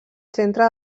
centre